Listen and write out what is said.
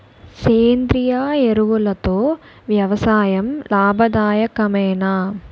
సేంద్రీయ ఎరువులతో వ్యవసాయం లాభదాయకమేనా?